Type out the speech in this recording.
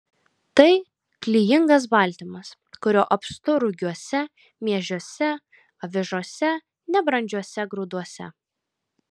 tai klijingas baltymas kurio apstu rugiuose miežiuose avižose nebrandžiuose grūduose